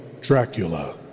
Dracula